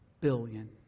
billion